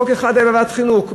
חוק אחד היה בוועדת חינוך,